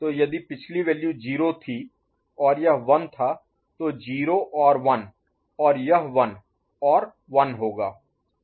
तो यदि पिछली वैल्यू 0 थी और यह 1 था तो 0 और 1 और यह 1 और 1 होगा और यह 0